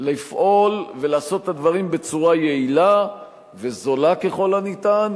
לפעול ולעשות את הדברים בצורה יעילה וזולה ככל הניתן,